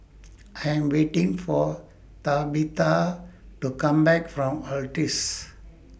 I Am waiting For Tabetha to Come Back from Altez